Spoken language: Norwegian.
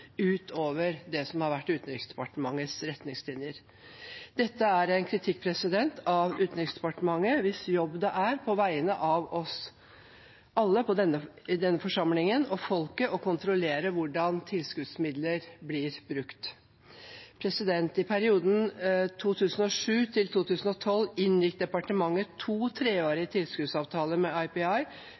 det som har vært Utenriksdepartementets retningslinjer. Dette er en kritikk av Utenriksdepartementet, hvis jobb det er – på vegne av oss alle i denne forsamlingen, og folket – å kontrollere hvordan tilskuddsmidler blir brukt. I perioden 2007–2012 inngikk departementet to treårige tilskuddsavtaler med IPI,